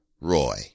roy